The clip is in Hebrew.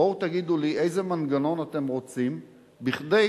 בואו תגידו לי איזה מנגנון אתם רוצים כדי